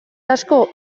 asko